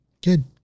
good